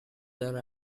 their